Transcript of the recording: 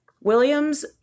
Williams